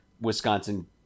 wisconsin